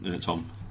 Tom